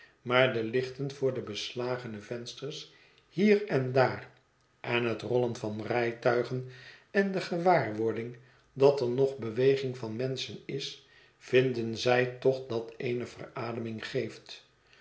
maar de lichten voor de beslagene vensters hier en daar en het rollen van rijtuigen en de gewaarwording dat er nog beweging van menschen is vinden zij toch dat eene verademing geeft